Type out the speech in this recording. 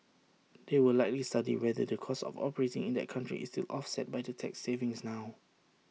they will likely study whether the cost of operating in that country is still offset by the tax savings now